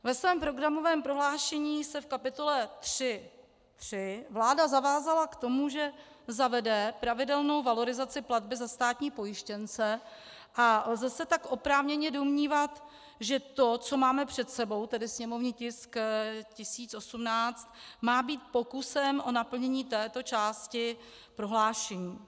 Ve svém programovém prohlášení se v kapitole 3.3 vláda zavázala k tomu, že zavede pravidelnou valorizaci platby za státní pojištěnce, a lze se tak oprávněně domnívat, že to, co máme před sebou, tedy sněmovní tisk 1018, má být pokusem o naplnění této části prohlášení.